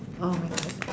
oh my God